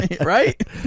Right